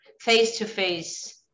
face-to-face